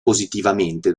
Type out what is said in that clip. positivamente